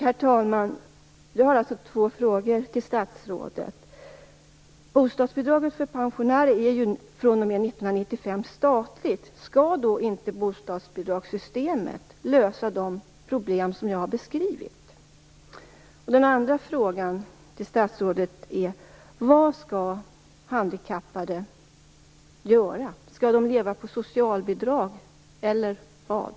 Herr talman! Jag har två frågor till statsrådet. Bostadsbidraget för pensionärer är fr.o.m. år 1995 statligt. Skall då inte bostadsbidragssystemet lösa de problem som jag har beskrivit? Den andra frågan till statsrådet är: Vad skall handikappade göra? Skall de leva på socialbidrag, eller vad?